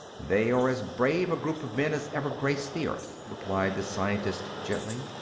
they are as brave a group of men as ever graced the earth, replied the scientist gently.